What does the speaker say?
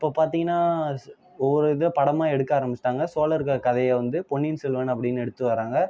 இப்போ பார்த்திங்கனா சு ஒவ்வொரு இதை படமாக எடுக்க ஆரம்பித்துட்டாங்க சோழர்கள் கதையை வந்து பொன்னியின் செல்வன் அப்படின்னு எடுத்து வராங்க